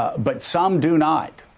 but some do not.